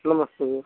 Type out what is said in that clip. नमस्ते